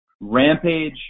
Rampage